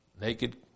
Naked